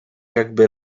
jakby